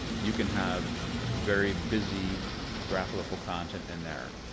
you can have very busy graphical content in there.